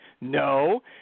No